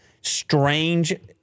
strange